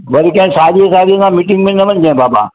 भई कंहिं साहेड़ी वाहेड़ीअ सां मीटिंग में न वञजांइ बाबा